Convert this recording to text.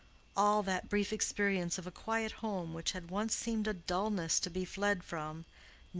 all that brief experience of a quiet home which had once seemed a dullness to be fled from,